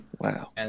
Wow